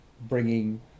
bringing